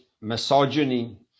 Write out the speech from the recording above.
misogyny